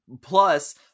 plus